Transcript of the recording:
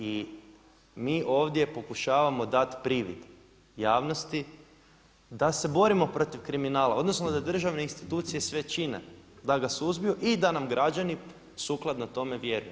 I mi ovdje pokušavamo dati privid javnosti da se borimo protiv kriminala odnosno da državne institucije sve čine da ga suzbiju i da nam građani sukladno tome vjeruju.